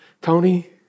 Tony